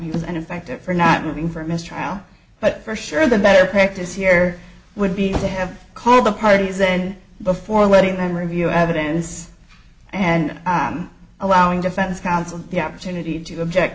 he was an effective for not moving for a mistrial but for sure the better practice here would be to have called the parties then before letting them review evidence and allowing defense counsel the opportunity to object